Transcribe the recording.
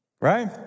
Right